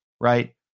right